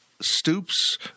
Stoops